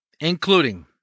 including